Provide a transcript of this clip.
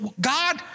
God